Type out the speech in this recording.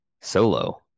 solo